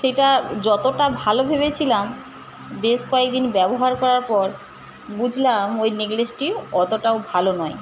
সেটা যতটা ভালো ভেবেছিলাম বেশ কয়েকদিন ব্যবহার করার পর বুঝলাম ঐ নেকলেসটি অতটাও ভালো নয়